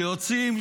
שיוצאים,